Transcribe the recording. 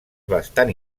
bastant